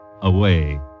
away